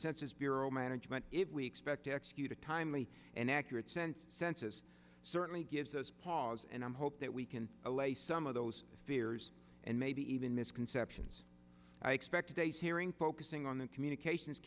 census bureau management if we expect to execute a timely and accurate sense census certainly gives us pause and i hope that we can allay some of those fears and maybe even misconceptions i expected a hearing focusing on the communications